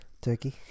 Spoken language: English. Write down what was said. Turkey